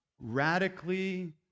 radically